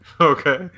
okay